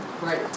Right